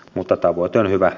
mutta tavoite on hyvä